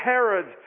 Herod